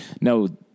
no